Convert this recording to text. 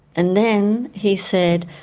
and then he said,